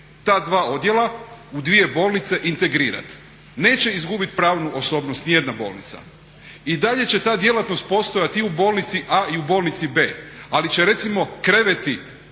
ta dva odjela u dvije bolnice integrirati, neće izgubiti pravnu osobnost nijedna bolnica i dalje će ta djelatnost postojati i u bolnici A i u bolnici B, ali će recimo kreveti